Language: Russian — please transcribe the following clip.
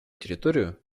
территорию